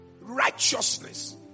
righteousness